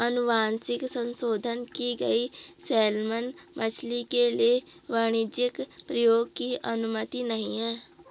अनुवांशिक संशोधन की गई सैलमन मछली के लिए वाणिज्यिक प्रयोग की अनुमति नहीं है